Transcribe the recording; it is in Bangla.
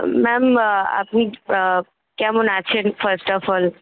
ম্যাম আপনি কেমন আছেন ফার্স্ট অফ অল